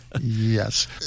Yes